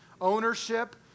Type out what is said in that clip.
ownership